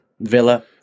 Villa